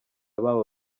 babo